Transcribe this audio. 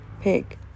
pig